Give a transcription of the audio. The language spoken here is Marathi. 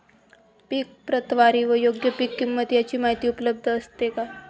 पीक प्रतवारी व योग्य पीक किंमत यांची माहिती उपलब्ध असते का?